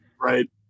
right